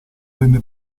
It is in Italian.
venne